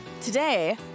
Today